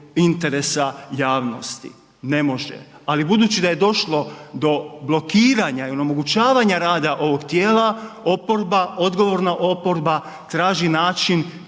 interesa javnosti? Ne može. Ali budući da je došlo do blokiranja i onemogućavanja rada ovog tijela, oporba odgovorna oporba traži način